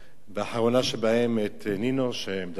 והאחרונה שבהם, נינו, שמדברת פה: